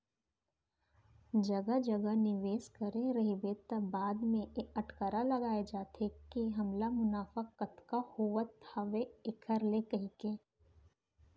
जघा जघा निवेस करे रहिबे त बाद म ए अटकरा लगाय जाथे के हमला मुनाफा कतका होवत हावय ऐखर ले कहिके